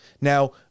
Now